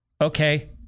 Okay